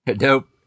Nope